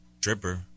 Dripper